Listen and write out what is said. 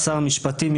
לשר המשפטים,